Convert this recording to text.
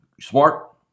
Smart